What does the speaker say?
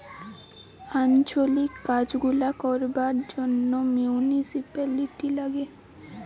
আঞ্চলিক কাজ গুলা করবার জন্যে মিউনিসিপালিটি লাগে